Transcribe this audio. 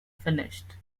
finished